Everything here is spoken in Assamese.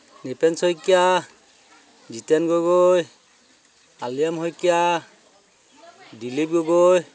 নিপেন শইকীয়া যিতেন গগৈ আলিয়াম শইকীয়া দিলীপ গগৈ